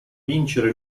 vincere